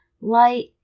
light